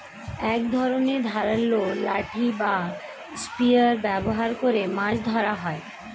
এক ধরনের ধারালো লাঠি বা স্পিয়ার ব্যবহার করে মাছ ধরা হয়